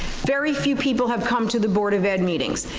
very few people have come to the board of ed meetings.